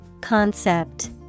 Concept